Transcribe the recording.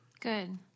Good